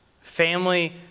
Family